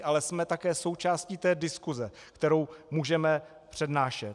Ale jsme také součástí té diskuse, kterou můžeme přednášet.